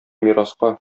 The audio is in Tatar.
мираска